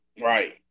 Right